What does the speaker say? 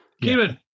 Kieran